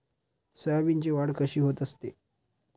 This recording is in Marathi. सोयाबीनची वाढ कशी होत असते?